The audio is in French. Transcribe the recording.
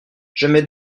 j’émets